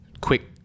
quick